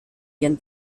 ihren